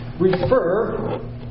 refer